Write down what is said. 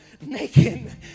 Naked